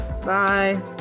Bye